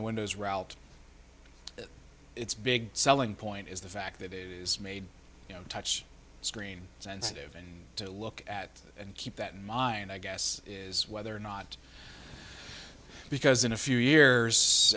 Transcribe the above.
the windows route it's big selling point is the fact that it is made you know touch screen sensitive and to look at and keep that in mind i guess is whether or not because in a few years